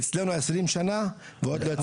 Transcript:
אצלנו עשרים שנה ועוד לא יצאה לפועל.